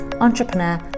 entrepreneur